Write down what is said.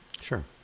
Sure